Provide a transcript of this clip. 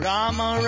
Rama